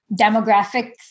demographics